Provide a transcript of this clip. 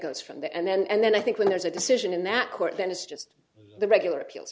goes from the end then and then i think when there's a decision in that court then it's just the regular appeals